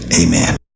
Amen